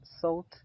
salt